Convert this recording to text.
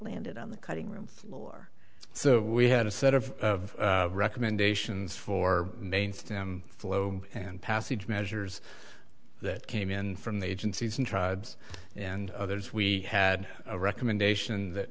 landed on the cutting room floor so we had a set of recommendations for main stem flow and passage measures that came in from the agencies and tribes and others we had a recommendation that